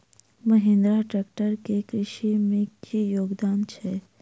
Mahindra tractor केँ कृषि मे की योगदान छै?